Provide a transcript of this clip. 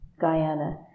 Guyana